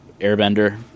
Airbender